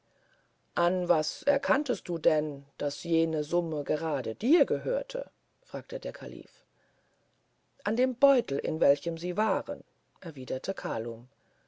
an was erkanntest du denn daß jene summe gerade dir gehöre fragte der kalife an dem beutel in welchem sie war